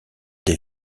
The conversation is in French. des